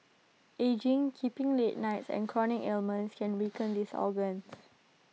ageing keeping late nights and chronic ailments can weaken these organs